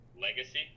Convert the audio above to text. legacy